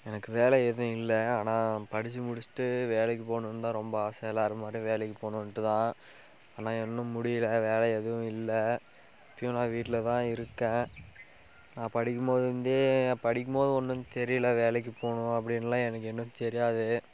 எனக்கு வேலை எதுவும் இல்லை ஆனால் படித்து முடிச்சுட்டு வேலைக்கு போகணுன்னுந்தான் ரொம்ப ஆசை எல்லோரும் மாதிரியும் வேலைக்கு போகணுன்ட்டு தான் ஆனால் இன்னும் முடியல வேலை எதுவும் இல்லை இப்பவும் நான் வீட்டில் தான் இருக்கேன் நான் படிக்கும்போதுலேருந்தே படிக்கும் போது ஒன்றும் தெரியலை வேலைக்கு போகணுன் அப்படின்லாம் எனக்கு இன்னும் தெரியாது